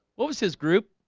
what was his group